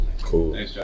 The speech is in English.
Cool